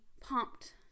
pumped